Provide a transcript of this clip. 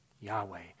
Yahweh